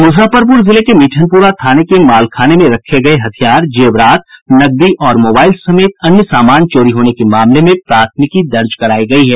मुजफ्फरपुर जिले के मिठनपुरा थाने के मालखाने में रखे गये हथियार जेवरात नकदी और मोबाईल समेत अन्य समान चोरी होने के मामले में प्राथमिकी दर्ज करायी गयी है